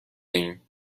ایم